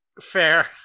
Fair